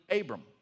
Abram